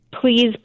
Please